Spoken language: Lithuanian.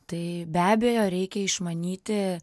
tai be abejo reikia išmanyti